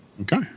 Okay